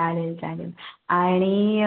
चालेल चालेल आणि